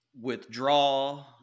withdraw